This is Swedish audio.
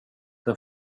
den